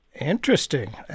Interesting